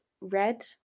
red